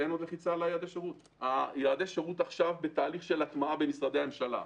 יעדי השירות נמצאים עכשיו בתהליך של הטמעה במשרדי הממשלה.